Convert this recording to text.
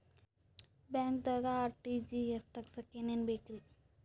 ಬ್ಯಾಂಕ್ದಾಗ ಆರ್.ಟಿ.ಜಿ.ಎಸ್ ತಗ್ಸಾಕ್ ಏನೇನ್ ಬೇಕ್ರಿ?